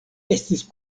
estis